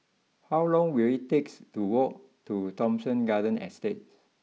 how long will it takes to walk to Thomson Garden Estate